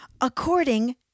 according